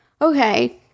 Okay